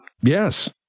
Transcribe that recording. Yes